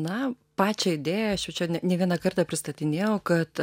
na pačią idėją aš jau čia ne vieną kartą pristatinėjau kad